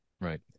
right